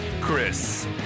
Chris